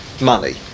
money